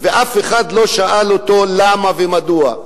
ואף אחד לא שאל אותו למה ומדוע.